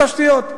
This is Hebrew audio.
התשתיות.